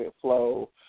flow